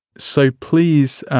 so, please,